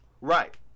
Right